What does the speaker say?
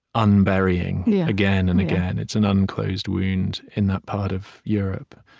unburying yeah again and again. it's an unclosed wound in that part of europe.